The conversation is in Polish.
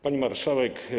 Pani Marszałek!